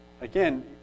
Again